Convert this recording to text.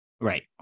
right